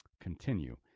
continue